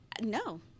no